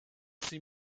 sie